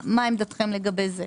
מה עמדתכם לגבי זה?